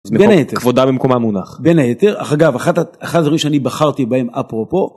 ‫בין היתר. ‫-כבודה במקומה מונח. ‫בין היתר. אך אגב, ‫אחד הדברים שאני בחרתי בהם אפרופו.